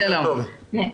בבקשה.